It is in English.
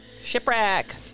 shipwreck